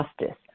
justice